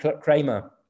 Kramer